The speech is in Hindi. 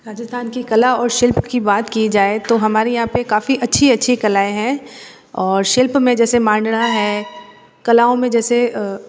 राजस्थान की कला और शिल्प की बात की जाए तो हमारे यहाँ पे काफ़ी अच्छी अच्छी कलाएं हैं और शिल्प में जैसे मांडना है कलाओं में जैसे